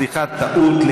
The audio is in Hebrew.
טעות,